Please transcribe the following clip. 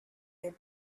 their